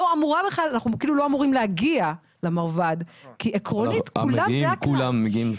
אנחנו כאילו לא אמורים להגיע למרב"ד כי כולם מקבלים.